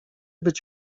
być